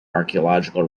archaeological